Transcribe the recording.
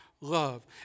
love